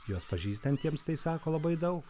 juos pažįstantiems tai sako labai daug